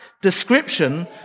description